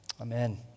Amen